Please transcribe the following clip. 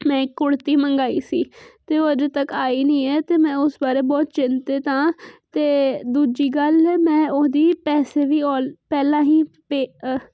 ਮੈਂ ਕੁੜਤੀ ਮੰਗਾਈ ਸੀ ਤੇ ਉਹ ਅਜੇ ਤੱਕ ਆਈ ਨਹੀਂ ਹੈ ਤੇ ਮੈਂ ਉਸ ਬਾਰੇ ਬਹੁਤ ਚਿੰਤਿਤ ਆਂ ਤੇ ਦੂਜੀ ਗੱਲ ਮੈਂ ਉਹਦੀ ਪੈਸੇ ਵੀ ਔ ਪਹਿਲਾਂ ਹੀ ਪੇ